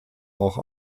auch